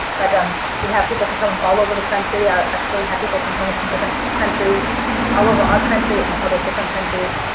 but um we have people who come all over the country i actually have people from coming from different countries all over our country and other different countries.